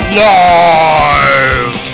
live